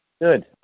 Good